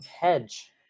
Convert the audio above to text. hedge